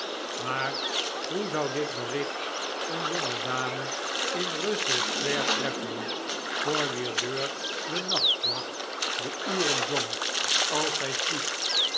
maar hoe zou dit bericht een jonge dame in russell square treffen voor wier deur de nachtwacht de uren zong als zij sliep